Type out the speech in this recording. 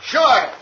Sure